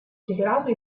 superato